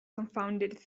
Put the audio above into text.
confounded